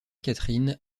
catherine